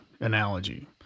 analogy